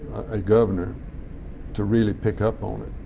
a governor to really pick up on it.